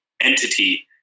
entity